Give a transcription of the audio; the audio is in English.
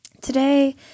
Today